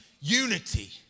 unity